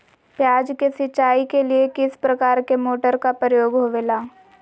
प्याज के सिंचाई के लिए किस प्रकार के मोटर का प्रयोग होवेला?